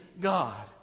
God